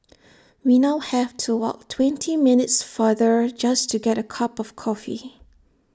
we now have to walk twenty minutes farther just to get A cup of coffee